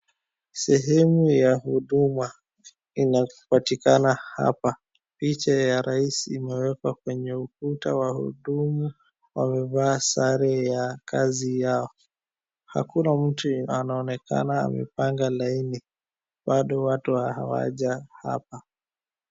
Sehemu ya Huduma, inapatikana hapa. Picha ya rais imewekwa kwenye ukuta. Wahuduma, wamevaa sare ya kazi yao. Hakuna mtu anaonekana amepanga laini, bado watu hawaja hapa.